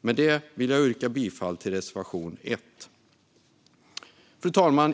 Med det vill jag yrka bifall till reservation 1. Fru talman!